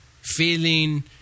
feeling